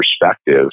perspective